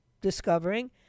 discovering